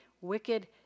wicked